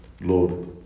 Lord